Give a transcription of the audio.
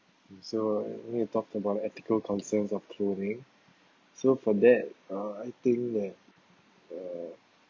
so I'm gonna talk about ethical concerns of clothing so for that uh I think that uh